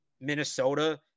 Minnesota